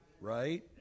Right